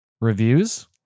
reviews